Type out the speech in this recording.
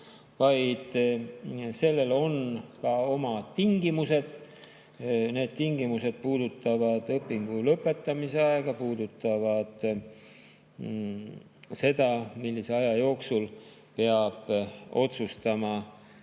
vaid sellel on oma tingimused. Need tingimused puudutavad õpingu lõpetamise aega, puudutavad seda, millise aja jooksul peab otsustama,